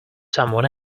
someone